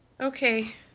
Okay